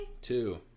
Two